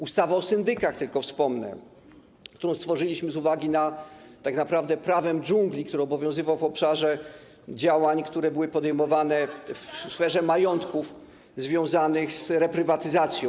Ustawa o syndykach - tylko o tym wspomnę - którą stworzyliśmy z uwagi na tak naprawdę prawo dżungli, które obowiązywało w obszarze działań, które były podejmowane w sferze majątków związanych z reprywatyzacją.